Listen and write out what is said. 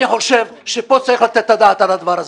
אני חושב שכאן צריך לתת את הדעת על הדבר הזה.